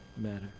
matter